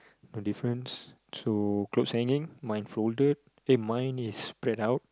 no difference so clothes hanging mine folded eh mine is spread out